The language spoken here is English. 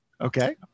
okay